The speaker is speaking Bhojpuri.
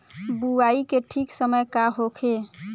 बुआई के ठीक समय का होखे?